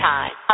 Time